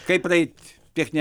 kaip praeit techninę